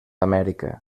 amèrica